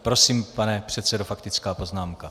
Prosím, pane předsedo, faktická poznámka.